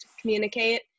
communicate